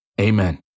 amen